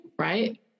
right